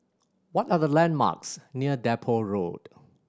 what are the landmarks near Depot Road